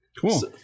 Cool